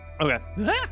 Okay